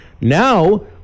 Now